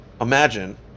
imagine